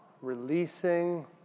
releasing